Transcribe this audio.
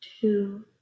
two